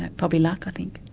and probably luck, i think.